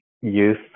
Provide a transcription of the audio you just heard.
youth